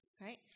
right